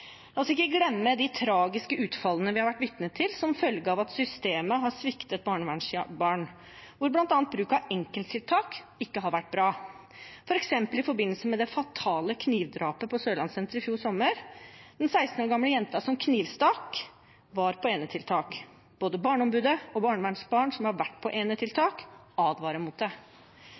La oss ikke glemme de tragiske utfallene vi har vært vitne til som følge av at systemet har sviktet barnevernsbarn, hvor bl.a. bruk av enetiltak ikke har vært bra, f.eks. i forbindelse med det fatale knivdrapet på Sørlandssenteret i fjor sommer. Den 16 år gamle jenta som knivstakk, var på enetiltak. Både Barneombudet og barnevernsbarn som har vært på enetiltak, advarer mot det.